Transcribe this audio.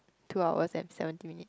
two hours and seventeen minutes